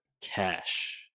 cash